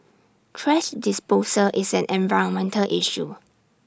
thrash disposal is an environmental issue